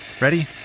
Ready